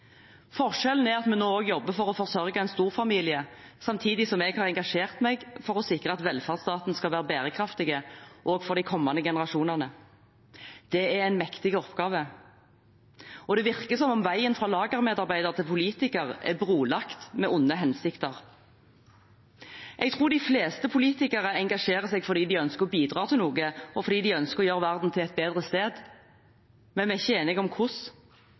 Forskjellen er at vi nå også jobber for å forsørge en storfamilie, samtidig som jeg har engasjert meg for å sikre at velferdsstaten skal være bærekraftig, også for de kommende generasjonene. Det er en mektig oppgave. Det virker som om veien fra lagermedarbeider til politiker er brolagt med onde hensikter. Jeg tror de fleste politikere engasjerer seg fordi de ønsker å bidra til noe, og fordi de ønsker å gjøre verden til et bedre sted, men vi er ikke enige om hvordan.